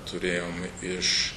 turėjom iš